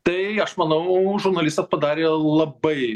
tai aš manau žurnalistas padarė labai